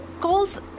calls